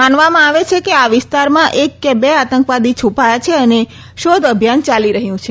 માનવામાં આવે છે કે આ વિસ્તારમાં એક કે બે આંતકવાદી છૂપાયેલા છે અને શોધ અભિયાન ચાલી રહ્યું છે